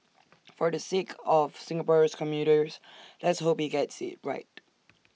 for the sake of Singapore's commuters let's hope he gets IT right